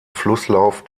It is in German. flusslauf